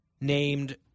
named